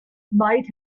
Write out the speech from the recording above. might